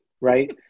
right